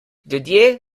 ljudje